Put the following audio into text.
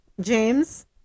James